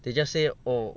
they just say oh